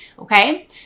Okay